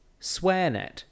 Swearnet